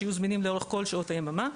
שיהיו זמינים לאורך כל שעות היממה,